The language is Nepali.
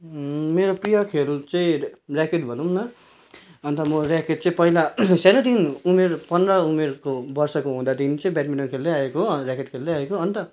मेरो प्रिय खेल चाहिँ ऱ्याकेट भनौँ न अन्त म ऱ्याकेट चाहिँ पहिला सानोदेखि उमेर पन्ध्र उमेरको वर्षको हुँदादेखि चाहिँ ब्याडमिन्टन खेल्दैआएको ऱ्याकेट खेल्दैआएको हो अन्त